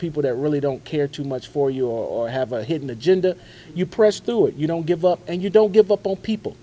people that really don't care too much for you or have a hidden agenda you press through it you don't give up and you don't give up all people